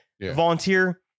volunteer